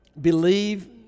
believe